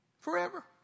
Forever